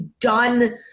done